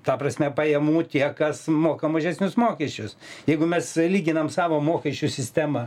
ta prasme pajamų tie kas moka mažesnius mokesčius jeigu mes lyginam savo mokesčių sistemą